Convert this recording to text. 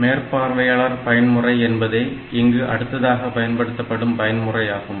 மேற்பார்வையாளர் பயன்முறை என்பதே இங்கு அடுத்ததாக பயன்படுத்தப்படும் பயன் முறையாகும்